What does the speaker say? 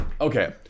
Okay